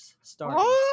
starting